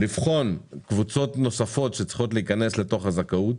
לבחון קבוצות נוספות שצריכות להיכנס לתוך הזכאות,